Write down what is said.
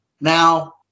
Now